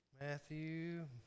Matthew